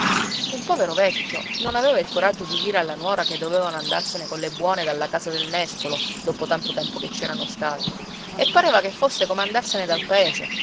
il povero vecchio non aveva il coraggio di dire alla nuora che dovevano andarsene colle buone dalla casa del nespolo dopo tanto tempo che ci erano stati e pareva che fosse come andarsene dal paese